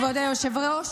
כבוד היושב-ראש,